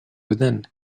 within